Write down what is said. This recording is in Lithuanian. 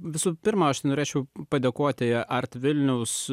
visų pirma aš norėčiau padėkoti arti vilniaus